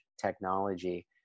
technology